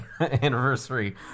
anniversary